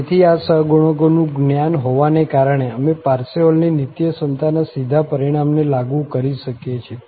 તેથી આ સહગુણકોનું જ્ઞાન હોવાને કારણે અમે પારસેવલની નીત્યસમતાના સીધા પરિણામને લાગુ કરી શકીએ છીએ